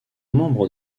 membre